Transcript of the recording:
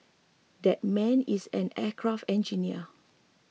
that man is an aircraft engineer